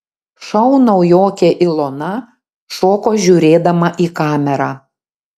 šou naujokė ilona šoko žiūrėdama į kamerą